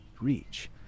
reach